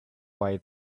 why